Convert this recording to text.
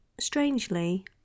strangely